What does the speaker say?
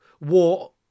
war